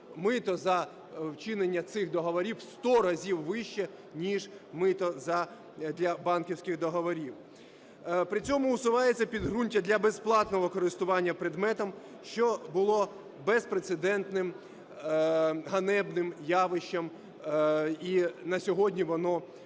мито за вчинення цих договорів в 100 разів вище, ніж мито для банківських договорів. При цьому усувається підґрунтя для безплатного користування предметом, що було безпрецедентним, ганебним явищем, і на сьогодні воно,